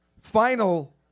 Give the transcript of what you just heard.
final